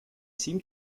seem